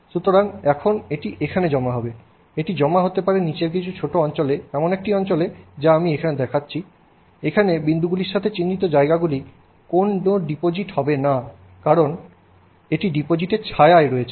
সুতরাং এটি এখানে জমা হবে এটি জমা হতে পারে নীচের কিছু ছোট অঞ্চলে এমন একটি অঞ্চলে যা আমি এখানে দেখাচ্ছি এখানে বিন্দুগুলির সাথে চিহ্নিত জায়গাগুলিতে কোন ডিপোজিট হবে না কারণ এটি ডিপোজিটের ছায়ায় রয়েছে